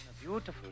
Beautiful